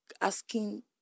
asking